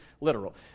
literal